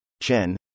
Chen